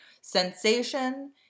sensation